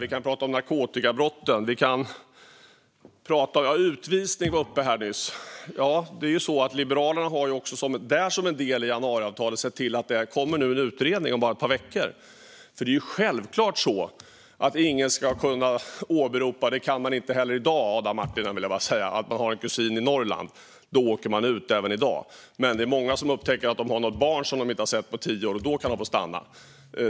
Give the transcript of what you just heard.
Vi kan prata om narkotikabrotten. Utvisning togs upp nyss. Liberalerna har som en del av januariavtalet i fråga om det sett till att det kommer en utredning om bara ett par veckor. Det är naturligtvis självklart att ingen ska kunna åberopa att man har en kusin i Norrland - det kan man inte heller i dag, Adam Marttinen. Man åker, trots det, ut även i dag. Men det är många som upptäcker att de har något barn som de inte har sett på tio år, och då kan de få stanna.